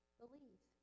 believe